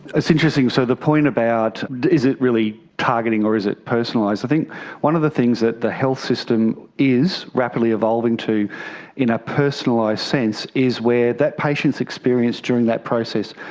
it's interesting, so the point about is it really targeting or is it personalised, i think one of the things that the health system is rapidly evolving to in a personalised sense is that patient's experience during that process.